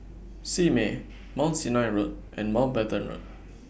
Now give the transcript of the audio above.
Simei Mount Sinai Road and Mountbatten Road